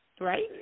right